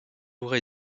ray